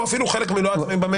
או אפילו חלק מלא עצמאיים במשק.